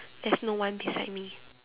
there's no one beside me